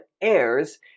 heirs